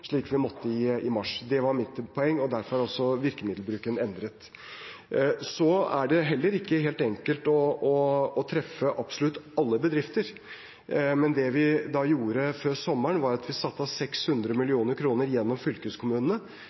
slik vi måtte i mars, det var mitt poeng, og derfor er også virkemiddelbruken endret. Så er det heller ikke helt enkelt å treffe absolutt alle bedrifter. Det vi gjorde før sommeren, var at vi satte av 600 mill. kr gjennom fylkeskommunene